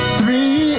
Three